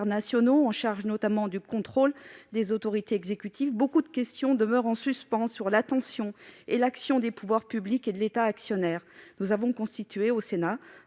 en charge notamment du contrôle des autorités exécutives, de nombreuses questions demeurent sur l'attention et l'action des pouvoirs publics et de l'État actionnaire. Nous avons constitué ici